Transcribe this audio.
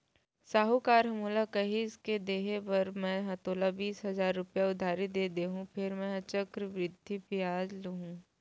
साहूकार ह मोला कहिस के देहे बर मैं हर तोला बीस हजार रूपया उधारी दे देहॅूं फेर मेंहा चक्रबृद्धि बियाल लुहूं